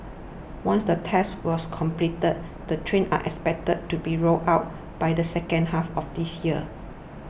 once the tests was completed the trains are expected to be rolled out by the second half of this year